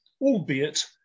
albeit